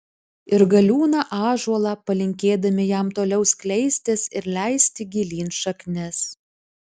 ir galiūną ąžuolą palinkėdami jam toliau skleistis ir leisti gilyn šaknis